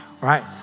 right